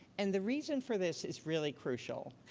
and the reason for this is really crucial.